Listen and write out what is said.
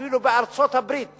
אפילו בארצות-הברית